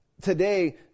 today